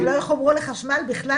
שהם לא יחוברו לחשמל בכלל?